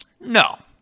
No